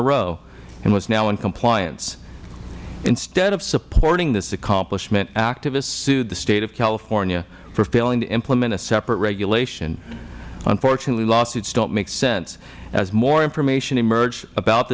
a row and was now in compliance instead of supporting this accomplishment activists sued the state of california for failing to implement a separate regulation unfortunately lawsuits dont make sense as more information emerged about